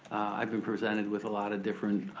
i've been presented with a lotta different